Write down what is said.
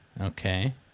Okay